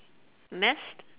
mast